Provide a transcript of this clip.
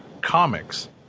comics